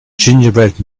gingerbread